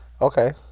Okay